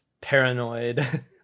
paranoid